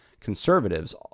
conservatives